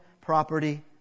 property